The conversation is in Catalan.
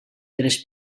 tres